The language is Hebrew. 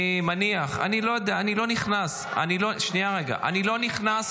אני מניח, שנייה רגע, אני לא יודע.